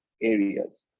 areas